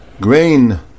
grain